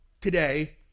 today